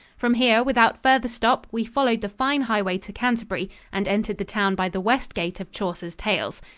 from here, without further stop, we followed the fine highway to canterbury and entered the town by the west gate of chaucer's tales.